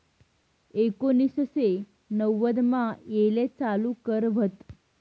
एकोनिससे नव्वदमा येले चालू कर व्हत